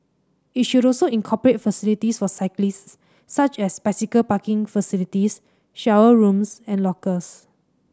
it should also incorporate facilities for cyclists such as bicycle parking facilities shower rooms and lockers